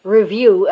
review